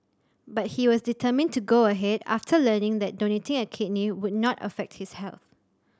but he was determined to go ahead after learning that donating a kidney would not affect his health